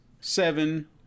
seven